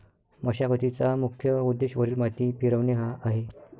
मशागतीचा मुख्य उद्देश वरील माती फिरवणे हा आहे